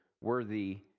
worthy